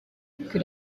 que